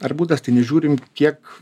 ar būdas tai nežiūrim kiek